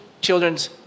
children's